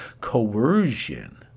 coercion